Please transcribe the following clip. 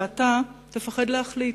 ואתה תפחד להחליט.